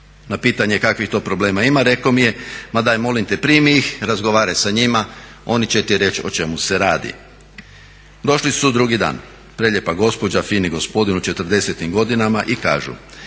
Na pitanje kakvih to proglema ima, rekao mi je ma daj molim te primi ih, razgovaraj sa njima oni će ti reći o čemu se radi. Došli su drugi dan, prelijepa gospođa, fini gospodin u četrdesetim godinama i kažu,